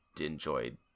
enjoyed